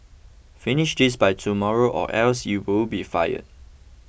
finish this by tomorrow or else you will be fired